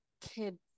kid